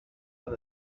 tan